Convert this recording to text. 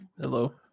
Hello